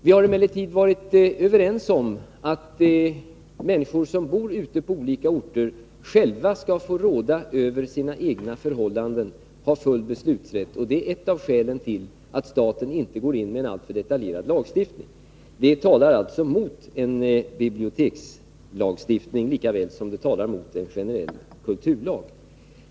Vi har emellertid varit överens om att människor som bor på olika orter själva skall få råda över sina egna förhållanden och ha full beslutsrätt. Det är ett av skälen till att staten inte går in med en alltför detaljerad lagstiftning. Detta talar alltså mot en bibliotekslagstiftning, lika väl som det talar mot en generell kulturlag.